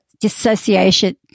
dissociation